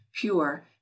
pure